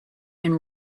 and